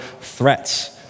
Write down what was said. threats